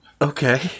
okay